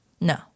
No